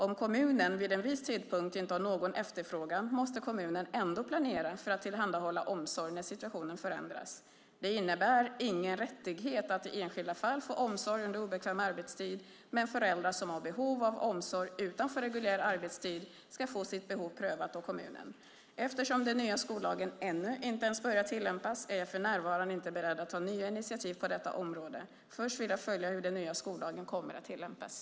Om kommunen vid en viss tidpunkt inte har någon efterfrågan måste kommunen ändå planera för att tillhandahålla omsorg när situationen förändras. Det innebär ingen rättighet att i enskilda fall få omsorg under obekväm arbetstid, men föräldrar som har behov av omsorg utanför reguljär arbetstid ska få sitt behov prövat av kommunen. Eftersom den nya skollagen ännu inte ens börjat tillämpas är jag för närvarande inte beredd att ta nya initiativ på detta område. Först vill jag följa hur den nya skollagen kommer att tillämpas.